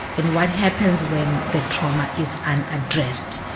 and what happens when the trauma is unaddressed,